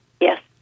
Yes